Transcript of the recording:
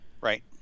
Right